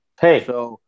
Hey